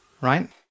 right